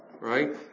Right